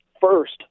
first